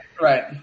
right